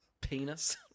penis